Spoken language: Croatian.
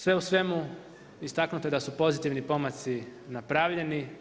Sve u svemu istaknuto je da su pozitivni pomaci napravljeni.